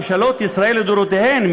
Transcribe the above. ממשלות ישראל לדורותיהן,